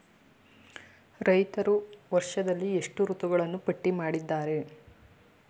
ರೈತರು ವರ್ಷದಲ್ಲಿ ಎಷ್ಟು ಋತುಗಳನ್ನು ಪಟ್ಟಿ ಮಾಡಿದ್ದಾರೆ?